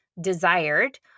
desired